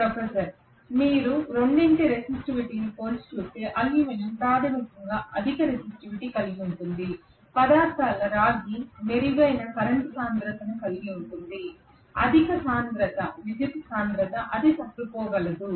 professor మీరు రెండింటి రెసిస్టివిటీని పోల్చి చూస్తే అల్యూమినియం ప్రాథమికంగా అధిక రెసిస్టివిటీని కలిగి ఉంటుంది పదార్థాల రాగి మెరుగైన కరెంట్ సాంద్రతను కలిగి ఉంటుంది అధిక విద్యుత్తు సాంద్రత అది తట్టుకోగలదు